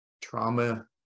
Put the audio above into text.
trauma